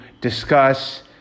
discuss